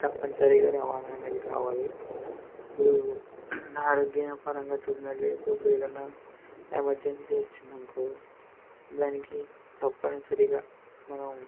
తప్పనిసరిగా రవాణా అనేది కావాలి ఇప్పుడు నా ఆరోగ్యపరంగా చూసినట్లయితే ఇప్పుడు ఏదన్నా ఎమర్జెన్సీ వచ్చిందనుకో దానికి తప్పనిసరిగా మనం